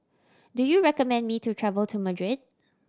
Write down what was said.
do you recommend me to travel to Madrid